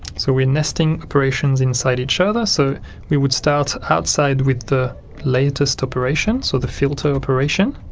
so we're nesting operations inside each other so we would start outside with the latest operation, so the filter operation